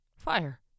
fire